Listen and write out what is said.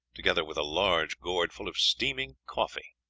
together with a large gourd full of steaming coffee.